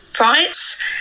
rights